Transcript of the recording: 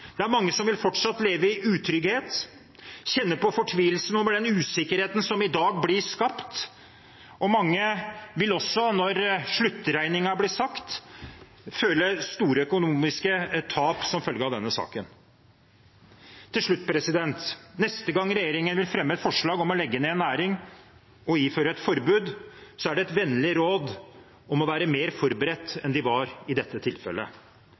Det er mange som fortsatt vil leve i utrygghet og kjenne på fortvilelsen over den usikkerheten som i dag blir skapt. Mange vil også, når sluttregningen kommer, oppleve store økonomiske tap som følge av denne saken. Til slutt: Neste gang regjeringen vil fremme et forslag om å legge ned en næring og innføre et forbud, har jeg et vennlig råd om å være mer forberedt enn de var i dette tilfellet.